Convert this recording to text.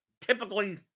typically